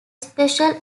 special